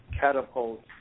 catapult